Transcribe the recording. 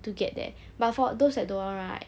to get there but for those that don't want right